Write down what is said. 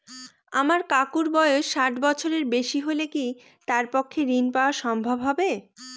আমার কাকুর বয়স ষাট বছরের বেশি হলে কি তার পক্ষে ঋণ পাওয়া সম্ভব হবে?